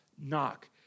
knock